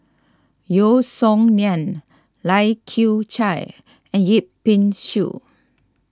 Yeo Song Nian Lai Kew Chai and Yip Pin Xiu